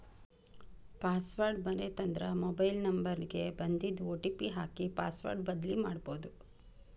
password ಮರೇತಂದ್ರ mobile number ಗ ಬನ್ದಿದ್ ಒ.ಟಿ.ಪಿ ಹಾಕಿ ಪಾಸ್ವರ್ಡ್ ಬದ್ಲಿಮಾಡ್ಬೊದು